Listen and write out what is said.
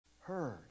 heard